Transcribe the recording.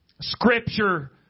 Scripture